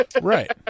Right